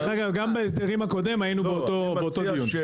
דרך אגב גם בהסדרים הקודם היינו באותו דיון.